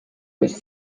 was